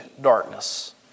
darkness